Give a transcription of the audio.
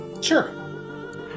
Sure